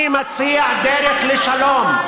אני מציע דרך לשלום.